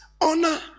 Honor